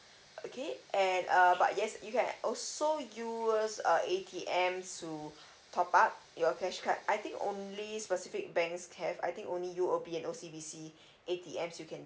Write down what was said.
okay and uh but yes you can also use uh A_T_Ms to top up your cash card I think only specific banks have I think only U O B and O C B C A_T_Ms you can